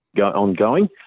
ongoing